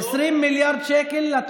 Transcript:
20 מיליארד שקל,